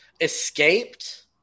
escaped